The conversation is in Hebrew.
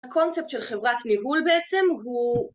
הקונספט של חברת ניהול בעצם הוא